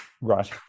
Right